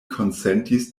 konsentis